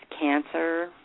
cancer